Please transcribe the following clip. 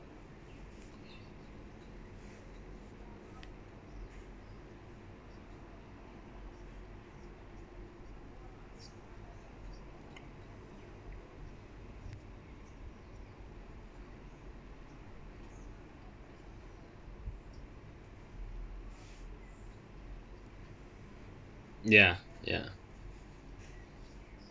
ya ya